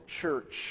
church